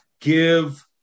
give